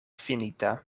finita